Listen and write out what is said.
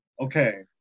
okay